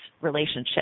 relationship